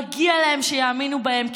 מגיע להם שיאמינו בהם,